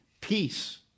peace